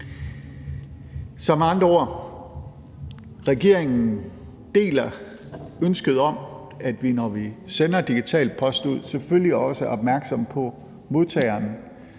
med andre ord: Regeringen deler ønsket om, at vi, når vi sender digital post ud, selvfølgelig også er opmærksomme på modtageren,